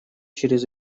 через